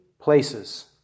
places